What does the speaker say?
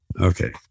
okay